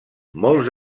molts